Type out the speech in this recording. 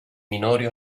minori